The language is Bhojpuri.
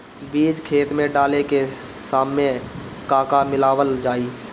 बीज खेत मे डाले के सामय का का मिलावल जाई?